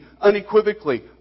unequivocally